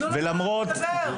תנו לו לדבר.